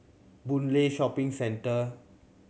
Boon Lay Shopping Centre